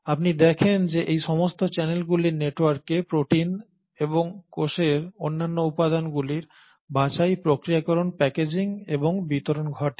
আপনি দেখেন যে এই সমস্ত চ্যানেলগুলির নেটওয়ার্কে প্রোটিন এবং কোষের অন্যান্য উপাদানগুলির বাছাই প্রক্রিয়াকরণ প্যাকেজিং এবং বিতরণ ঘটে